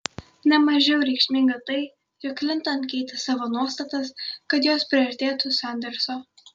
ne mažiau reikšminga tai jog klinton keitė savo nuostatas kad jos priartėtų sanderso